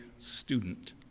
Student